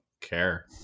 care